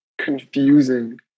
confusing